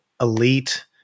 elite